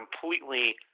completely